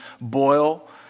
boil